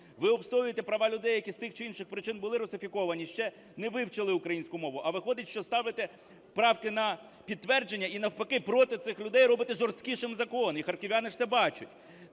Ви відстоюєте права людей, які з тих чи інших причин були русифіковані, ще не вивчили українську мову, а виходить, що ставите правки на підтвердження - і навпаки проти цих людей робите жорсткішим закон, і харків'яни ж це бачать.